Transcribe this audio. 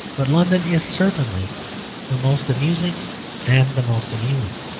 but london is certainly the most amusing and the most amused.